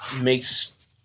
makes –